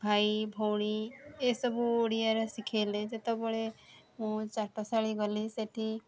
ଭାଇ ଭଉଣୀ ଏସବୁ ଓଡ଼ିଆରେ ଶିଖେଇଲେ ଯେତେବେଳେ ମୁଁ ଚାଟଶାଳୀ ଗଲି ସେଠି